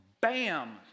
bam